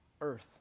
earth